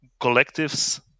collectives